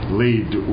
lead